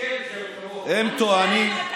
אמסלם,